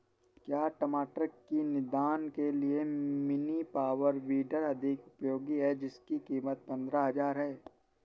क्या टमाटर की निदाई के लिए मिनी पावर वीडर अधिक उपयोगी है जिसकी कीमत पंद्रह हजार है?